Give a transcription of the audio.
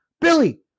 Billy